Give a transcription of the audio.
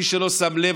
מי שלא שם לב,